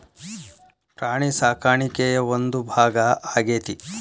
ಪ್ರಾಣಿ ಸಾಕಾಣಿಕೆಯ ಒಂದು ಭಾಗಾ ಆಗೆತಿ